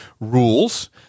rules